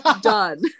done